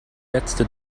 letzte